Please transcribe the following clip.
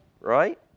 right